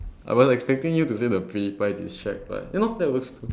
I was expecting you to say the pewdiepie but you know that was cool